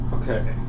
Okay